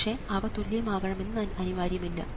പക്ഷേ അവ തുല്യം ആകണം എന്നത് അനിവാര്യമല്ല